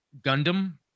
Gundam